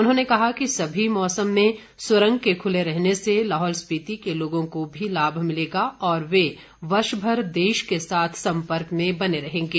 उन्होंने कहा कि सभी मौसमों में सुरंग के खुले रहने से लाहौल स्पीति के लोगों को भी लाभ मिलेगा और वे वर्षभर देश के साथ सम्पर्क में बने रहेंगे